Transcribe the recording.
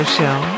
Show